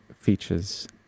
features